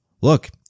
Look